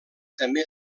també